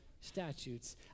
statutes